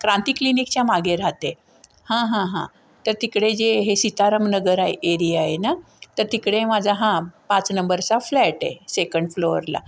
क्रांती क्लिनिकच्या मागे राहते हां हां हां तर तिकडे जे हे सिताराम नगर आहे एरिया आहे ना तर तिकडे माझा हां पाच नंबरचा फ्लॅट आहे सेकंड फ्लोअरला